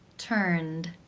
turned.